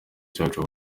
cyacu